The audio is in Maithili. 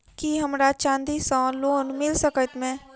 की हमरा चांदी सअ लोन मिल सकैत मे?